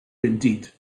indeed